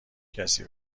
کسی